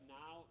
now